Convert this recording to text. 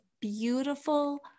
beautiful